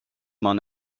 m’en